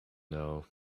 now